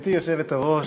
גברתי היושבת-ראש,